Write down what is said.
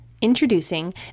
introducing